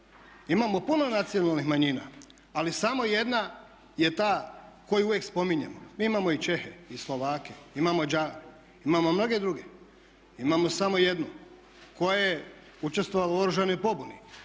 imamo puno nacionalnih manjina, ali samo jedna je ta koju uvijek spominjemo, mi imamo i Čehe i Slovake, imamo Mađare, imamo mnoge druge, imamo samo jednu koja je učestvovala u oružanoj pobuni.